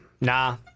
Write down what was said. Nah